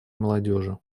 молодежи